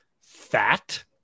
fat